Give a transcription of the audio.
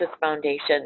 Foundation